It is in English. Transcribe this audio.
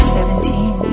Seventeen